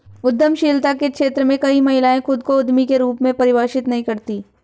उद्यमशीलता के क्षेत्र में कई महिलाएं खुद को उद्यमी के रूप में परिभाषित नहीं करती